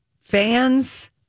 fans